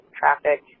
traffic